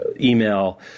email